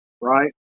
right